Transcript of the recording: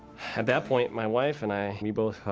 and that point, my wife and i we both thought,